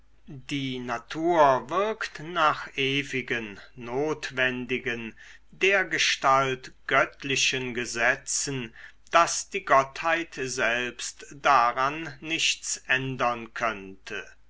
die natur wirkt nach ewigen notwendigen dergestalt göttlichen gesetzen daß die gottheit selbst daran nichts ändern könnte